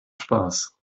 spaß